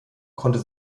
konnte